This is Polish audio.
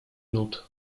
nut